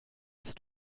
ist